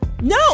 No